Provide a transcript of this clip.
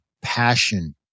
passion